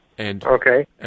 Okay